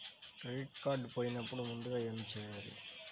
Credit card పోయినపుడు ముందుగా ఏమి చేయాలి?